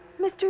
Mr